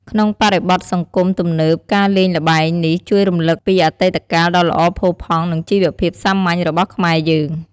ក្នុងបរិបទសង្គមទំនើប ការលេងល្បែងនេះជួយរំលឹកពីអតីតកាលដ៏ល្អផូរផង់ និងជីវភាពសាមញ្ញរបស់ខ្មែរយើង។